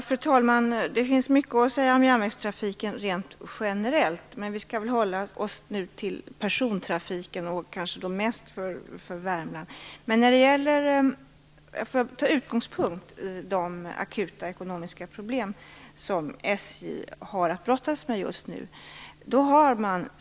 Fru talman! Det finns mycket att säga om järnvägstrafiken rent generellt, men vi skall väl hålla oss till persontrafiken och kanske mest till Värmland. Jag vill dock ta min utgångspunkt i de akuta ekonomiska problem som SJ har att brottas med just nu.